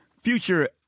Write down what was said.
Future